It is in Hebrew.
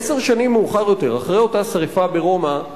עשר שנים מאוחר יותר, אחרי אותה שרפה ברומא,